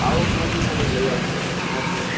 આવક નથી પણ એ લઈ આવશે ત્યાંથી